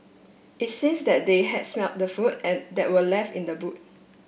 it seems that they had smelt the food and that were left in the boot